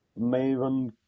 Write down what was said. Maven